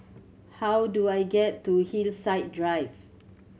how do I get to Hillside Drive